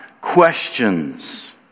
questions